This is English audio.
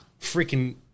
Freaking